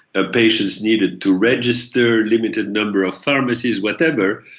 ah patients needed to register, limited number of pharmacies, whatever.